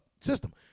system